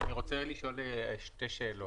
אני רוצה לשאול שתי שאלות.